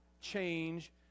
change